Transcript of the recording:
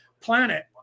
planet